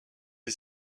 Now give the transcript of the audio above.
est